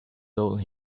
told